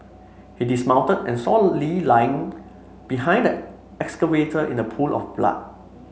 he dismounted and saw Lee lying behind excavator in a pool of blood